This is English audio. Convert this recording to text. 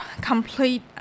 complete